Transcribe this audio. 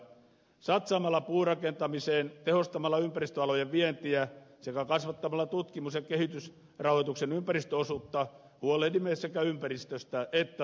satsaamalla puurakentamiseen tehostamalla ympäristöalojen vientiä sekä kasvattamalla tutkimus ja kehitysrahoituksen ympäristöosuutta huolehdimme sekä ympäristöstä että taloudesta